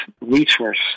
resource